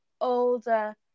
older